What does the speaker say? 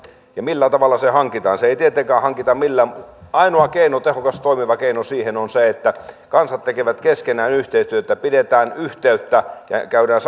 ja millä tavalla se hankitaan sitä ei tietenkään hankita millään ainoa tehokas toimiva keino siihen on se että kansat tekevät keskenään yhteistyötä pidetään yhteyttä ja käydään